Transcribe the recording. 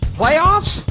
playoffs